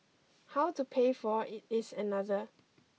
how to pay for it is another